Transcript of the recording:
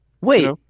Wait